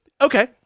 Okay